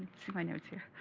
see my notes here